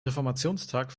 reformationstag